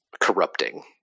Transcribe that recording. corrupting